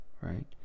right